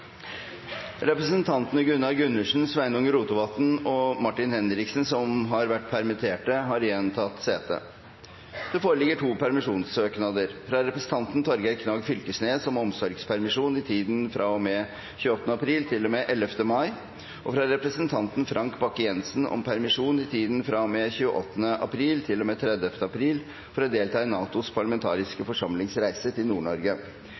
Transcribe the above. Representantene Gunnar Gundersen, Sveinung Rotevatn og Martin Henriksen, som har vært permittert, har igjen tatt sete. Det foreligger to permisjonssøknader: – Fra representanten Torgeir Knag Fylkesnes om omsorgspermisjon i tiden fra og med 28. april til og med 11. mai. – Fra representanten Frank Bakke-Jensen om permisjon i tiden fra og med 28. april til og med 30. april for å delta i NATOs parlamentariske forsamlings reise til